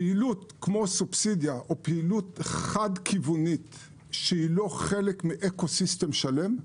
פעילות כמו סובסידיה או פעילות חד-כיוונית שהיא לא חלק מאקוסיסטם שלם,